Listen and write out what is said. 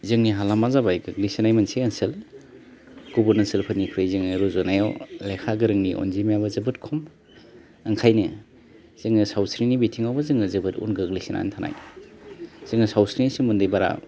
जोंनि हालामा जाबाय गोग्लैसोनाय मोनसे ओनसोल गुबुन ओनसोलफोरनिख्रुइ जोङो रुजुनायाव लेखा गोरोंनि अनजिमायाबो जोबोर खम ओंखायनो जोङो सावस्रिनि बिथिङावबो जोङो जोबोर उन गोग्लैसोनानै थानाय जोङो सावस्रिनि सोमोन्दै बारा